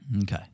Okay